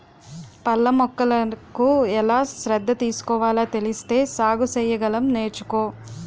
పళ్ళ మొక్కలకు ఎలా శ్రద్ధ తీసుకోవాలో తెలిస్తే సాగు సెయ్యగలం నేర్చుకో